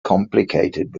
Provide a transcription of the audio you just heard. complicated